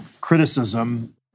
criticism